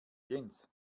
jens